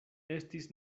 estis